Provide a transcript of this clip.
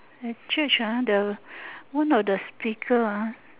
at church ah the one of the speaker ah